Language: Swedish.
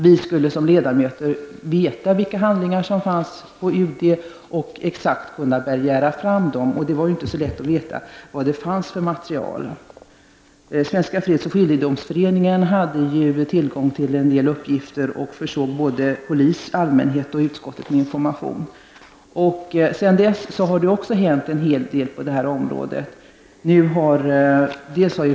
Vi som ledamöter skulle veta vilka handlingar som fanns på UD och exakt kunna begära fram dem. Det var inte så lätt att veta vad det fanns för material. Svenska fredsoch skiljedomsföreningen hade tillgång till en del uppgifter och försåg både polis, allmänhet och utskott med information. Sedan dess har det som sagt hänt en hel del på detta område.